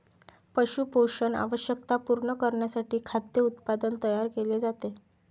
पशु पोषण आवश्यकता पूर्ण करण्यासाठी खाद्य उत्पादन तयार केले जाते